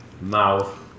mouth